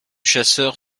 chasseur